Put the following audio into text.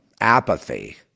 apathy